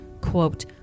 quote